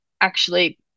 actually-